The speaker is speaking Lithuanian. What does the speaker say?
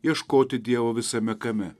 ieškoti dievo visame kame